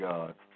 God